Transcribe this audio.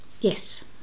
Yes